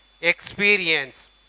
experience